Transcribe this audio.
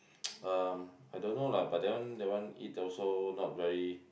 um I don't know lah but that one that one eat also not very